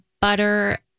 butter